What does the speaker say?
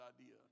idea